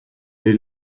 les